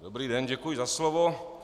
Dobrý den, děkuji za slovo.